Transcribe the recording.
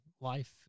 life